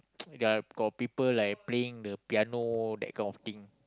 there are got people like playing the piano that kind of thing